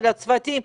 על הצוותים.